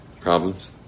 Problems